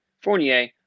Fournier